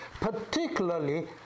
particularly